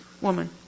woman